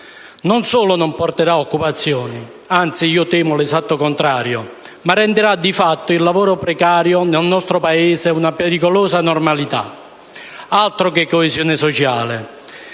non solo non porterà occupazione (io temo, anzi, l'esatto contrario), ma renderà di fatto il lavoro precario nel nostro Paese una pericolosa normalità. Altro che coesione sociale!